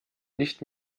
nicht